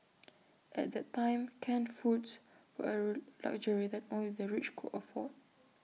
at that time canned foods were A luxury that only the rich could afford